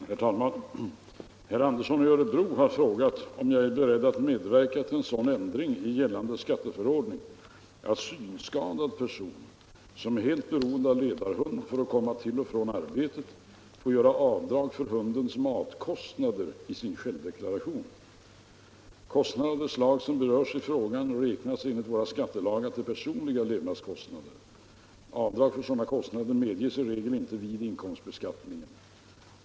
Herr talman! Herr Andersson i Örebro har frågat mig om jag är beredd att medverka till sådan ändring i gällande skatteförordning att synskadad person, som är helt beroende av ledarhund för att komma till och från sitt arbete, får göra avdrag för hundens matkostnader i sin självdeklaration. Kostnader av det slag som berörs i frågan räknas enligt våra skattelagar till personliga levnadskostnader. Avdrag för sådana kostnader medges i regel inte vid inkomstbeskattningen.